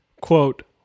quote